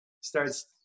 starts